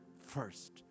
first